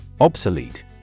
Obsolete